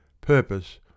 purpose